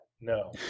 no